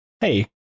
hey